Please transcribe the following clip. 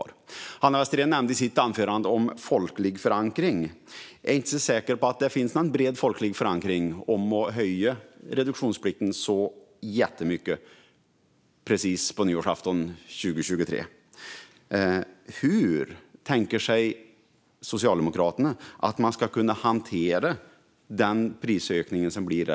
I sitt anförande nämnde Hanna Westerén folklig förankring, och jag är inte så säker på att det finns någon bred folklig förankring gällande att höja reduktionsplikten så här mycket på nyårsafton 2023. Hur tänker sig Socialdemokraterna att man ska kunna hantera den prisökning som uppstår där?